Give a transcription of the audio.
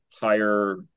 higher